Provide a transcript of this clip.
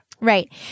Right